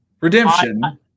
Redemption